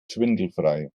schwindelfrei